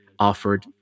offered